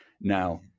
now